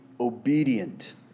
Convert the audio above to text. obedient